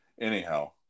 anyhow